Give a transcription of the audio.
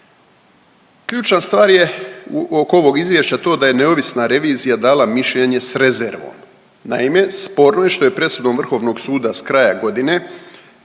Ključna stvar je oko ovog izvješća to da je neovisna revizija dala mišljenje s rezervom. Naime, sporno je što je presudom Vrhovnog suda s kraja godine,